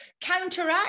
counteract